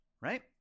right